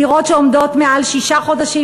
דירות שעומדות מעל שישה חודשים,